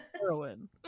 heroin